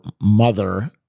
mother